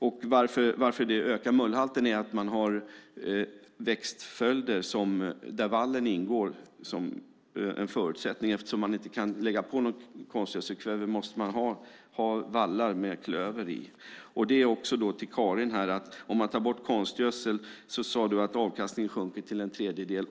Att mullhalten ökar beror på att man har växtföljder där vallen ingår som en förutsättning. Eftersom man inte kan lägga på något konstgödselkväve måste man ha vallar med klöver i. Karin sade att om man tar bort konstgödseln så sjunker avkastningen till en tredjedel.